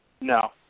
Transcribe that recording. No